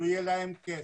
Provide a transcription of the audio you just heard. לא יהיה להם כסף,